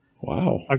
Wow